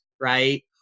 right